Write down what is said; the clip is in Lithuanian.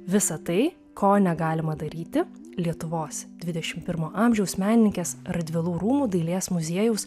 visa tai ko negalima daryti lietuvos dvidešimt pirmo amžiaus menininkės radvilų rūmų dailės muziejaus